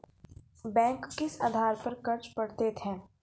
Bank किस आधार पर कर्ज पड़तैत हैं?